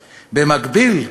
במקביל,